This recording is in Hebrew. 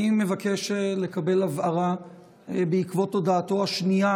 אני מבקש לקבל הבהרה בעקבות הודעתו השנייה